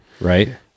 Right